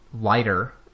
lighter